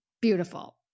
Beautiful